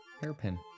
Hairpin